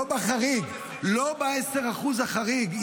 לא בחריג, לא ב-10% החריג.